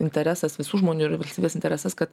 interesas visų žmonių ir valstybės interesas kad